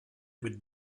with